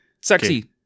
sexy